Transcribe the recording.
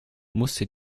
musste